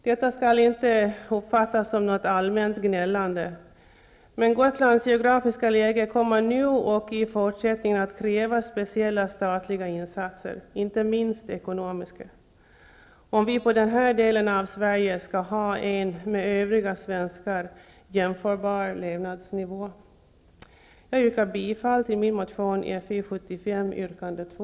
Detta skall inte uppfattas som något allmänt gnällande, men Gotlands geografiska läge kommer nu och i fortsättningen att kräva speciella statliga insatser, inte minst ekonomiska, om vi i denna del av Sverige skall ha en med övriga svenskar jämförbar levnadsnivå. Jag yrkar bifall till min motion Fi75, yrkande 2.